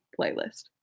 playlist